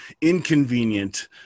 inconvenient